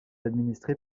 administrée